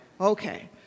Okay